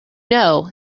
know